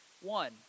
One